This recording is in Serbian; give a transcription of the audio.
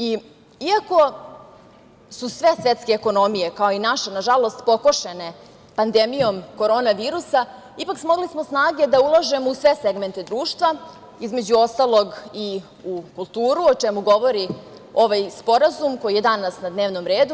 Iako su sve svetske ekonomije, kao i naša, nažalost, pokošene pandemijom korona virusa, ipak smogli smo snage da ulažemo u sve segmente društva, između ostalog, i u kulturu, o čemu govori ovaj sporazum koji je danas na dnevnom redu.